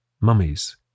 Mummies